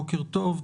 בוקר טוב,